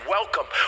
Welcome